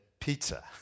pizza